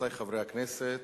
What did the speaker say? רבותי חברי הכנסת,